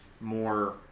more